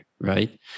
right